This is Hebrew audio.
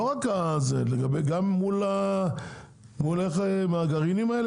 גם עם גרעינים.